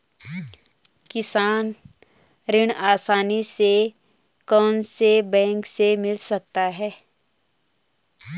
किसान ऋण आसानी से कौनसे बैंक से मिल सकता है?